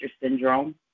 syndrome